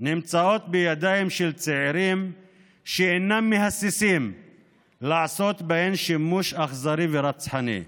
נמצאות בידיים של צעירים שאינם מהססים לעשות בו שימוש אכזרי ורצחני.